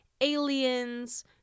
aliens